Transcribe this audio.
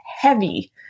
heavy